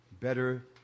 better